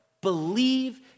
believe